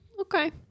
Okay